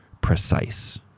precise